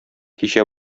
кичә